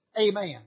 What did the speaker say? amen